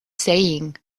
saying